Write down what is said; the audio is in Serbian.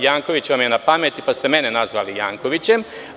Janković vam je na pameti, pa ste mene nazvali Jankovićem.